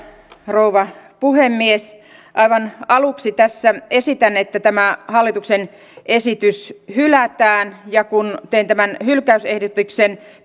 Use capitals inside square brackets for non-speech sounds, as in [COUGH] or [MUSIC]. rouva puhemies aivan aluksi tässä esitän että tämä hallituksen esitys hylätään ja kun teen tämän hylkäysesityksen [UNINTELLIGIBLE]